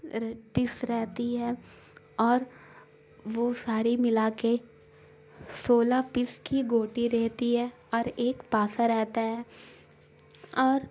ڈس رہتی ہے اور وہ ساری ملا کے سولہ پس کی گوٹی رہتی ہے اور ایک پاسہ رہتا ہے اور